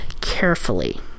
carefully